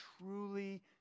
truly